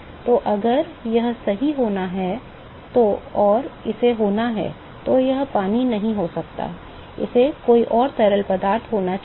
तो अगर यह सही होना है और इसे होना है तो यह पानी नहीं हो सकता इसे कोई और तरल पदार्थ होना चाहिए